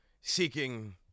seeking